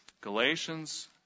Galatians